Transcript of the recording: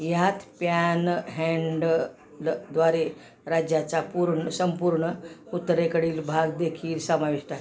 यात प्यान हँनडलद्वारे राज्याचा पूर्ण संपूर्ण उतरेकडील भाग देेखील समाविष्ट आहे